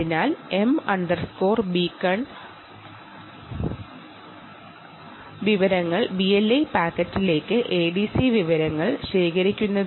m beacon info ADC വിവരങ്ങൾ BLE പാക്കറ്റിലേക്ക് ശേഖരിക്കുന്നു